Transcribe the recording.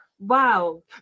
wow